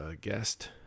guest